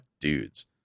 dudes